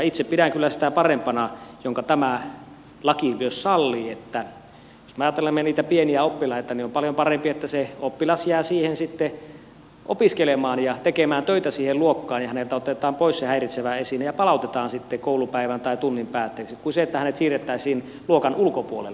itse pidän kyllä sitä parempana minkä tämä laki myös sallii jos me ajattelemme niitä pieniä oppilaita että se oppilas jää opiskelemaan ja tekemään töitä siihen luokkaan ja häneltä otetaan pois se häiritsevä esine ja se palautetaan sitten koulupäivän tai tunnin päätteeksi kuin se että hänet siirrettäisiin luokan ulkopuolelle